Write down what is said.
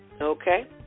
Okay